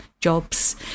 jobs